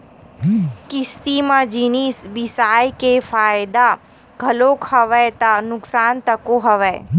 किस्ती म जिनिस बिसाय के फायदा घलोक हवय ता नुकसान तको हवय